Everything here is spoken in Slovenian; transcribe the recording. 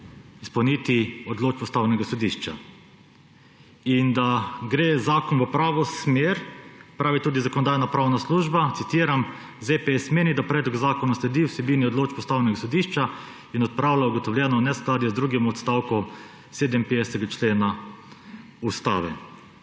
izpolniti odločb Ustavnega sodišča. In da gre zakon v pravo smer, pravi tudi Zakonodajno-pravna služba, citiram: »ZPS meni, da predlog zakona sledi vsebini odločb Ustavnega sodišča in odpravlja ugotovljeno neskladje z drugim odstavkom 57. člena Ustave.